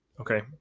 Okay